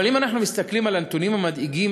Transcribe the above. אבל אם אנחנו מסתכלים על הנתונים המדאיגים,